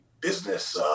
business